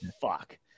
fuck